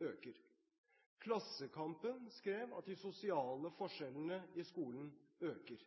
øker. Klassekampen skrev at de sosiale forskjellene i skolen øker.